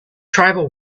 tribal